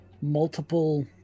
multiple